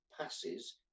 passes